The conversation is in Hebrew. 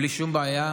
בלי שום בעיה.